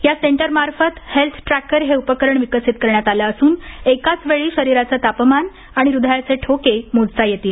या सेंटरमार्फत health tracker हे उपकरण विकसित करण्यात आलं असून एकाच वेळी शरीराचे तापमान हृदयाचे ठोके मोजता येतील